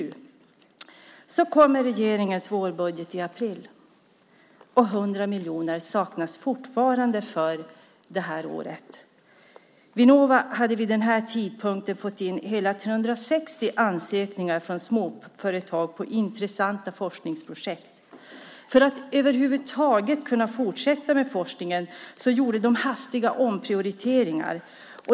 I april kom regeringens vårbudget, och 100 miljoner saknades fortfarande för det här året. Vinnova hade vid denna tidpunkt fått in hela 360 ansökningar från småföretag om intressanta forskningsprojekt. För att över huvud taget kunna fortsätta med forskningen gjorde de hastiga omprioriteringar.